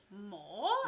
more